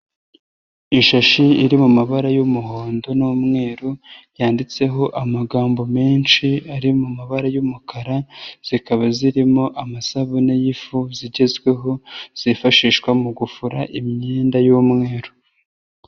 Ishashi iri mu mabara y'umuhondo n'umweru, yanditseho amagambo menshi ari mu mabara y'umukara, zikaba zirimo amasabune y'ifu zigezweho, zifashishwa mu gufura imyenda y'umweru.